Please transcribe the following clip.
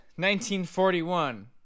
1941